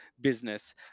business